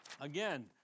again